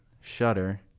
shutter